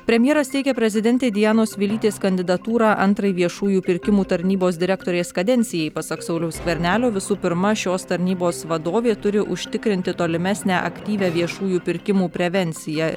premjeras teikia prezidentei dianos vilytės kandidatūrą antrai viešųjų pirkimų tarnybos direktorės kadencijai pasak sauliaus skvernelio visų pirma šios tarnybos vadovė turi užtikrinti tolimesnę aktyvią viešųjų pirkimų prevenciją